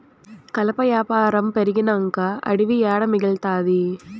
కలప యాపారం పెరిగినంక అడివి ఏడ మిగల్తాది